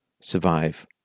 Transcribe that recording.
Survive